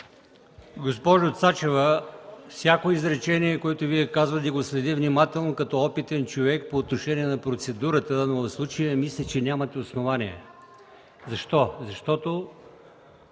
Госпожо Цачева, всяко изречение, което Вие казвате, го следя внимателно като опитен човек по отношение на процедурата, но в случая мисля, че нямате основание. Защо? Защото,